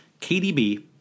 KDB